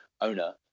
owner